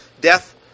death